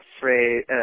phrase